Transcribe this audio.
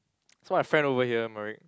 so my friend over here Merek